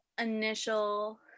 initial